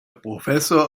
professor